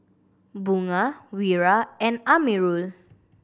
Bunga Wira and Amirul